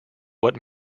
what